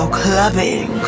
clubbing